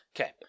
Okay